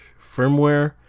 firmware